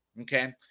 okay